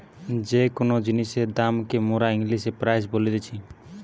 যে কোন জিনিসের দাম কে মোরা ইংলিশে প্রাইস বলতিছি